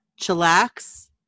Chillax